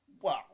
Wow